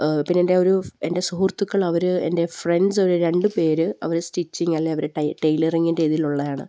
പിന്നെ എൻ്റെയൊരു എൻ്റെ സുഹൃത്തുക്കൾ അവര് എൻ്റെ ഫ്രണ്ട്സ് ഒരു രണ്ട് പേര് അവര് സ്റ്റിച്ചിങ് അല്ലെങ്കില് അവര് ടെയിലറിങ്ങിൻ്റെ ഇതിലുള്ളതാണ്